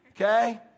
Okay